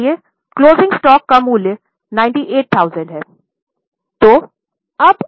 इसलिए closing stock का मूल्य 98000 है